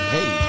Hey